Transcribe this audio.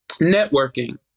networking